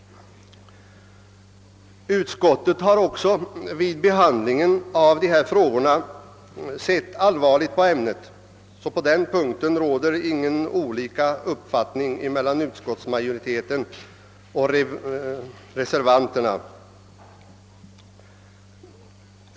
Utskottet har också vid behandlingen av dessa frågor sett allvarligt på ämnet. På den punkten råder alltså inga delade uppfattningar mellan utskottsmajoriteten och reservanterna.